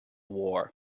war